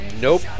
Nope